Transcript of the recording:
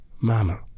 Mama